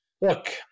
look